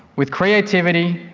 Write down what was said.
with creativity,